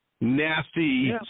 nasty